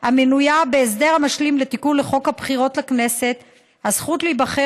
המנויות בהסדר המשלים לתיקון לחוק הבחירות לכנסת (הגבלת הזכות להיבחר